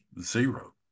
zero